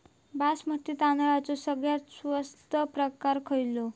बासमती तांदळाचो सगळ्यात स्वस्त प्रकार खयलो?